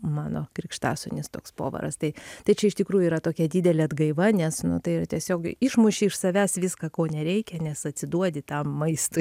mano krikštasūnis toks povaras tai tai čia iš tikrųjų yra tokia didelė atgaiva nes nu tai tiesiog išmuši iš savęs viską ko nereikia nes atsiduodi tam maistui